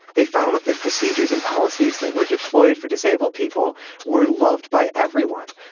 they found that the procedures and policies that were deployed for disabled people were loved by everyone.